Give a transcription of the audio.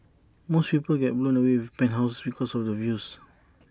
most people get blown away with penthouses because of the views